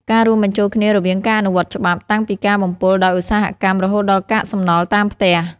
ការរួមបញ្ចូលគ្នារវាងការអនុវត្តច្បាប់ តាំងពីការបំពុលដោយឧស្សាហកម្ម រហូតដល់កាកសំណល់តាមផ្ទះ។